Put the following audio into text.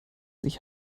sich